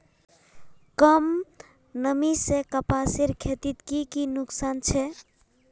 कम नमी से कपासेर खेतीत की की नुकसान छे?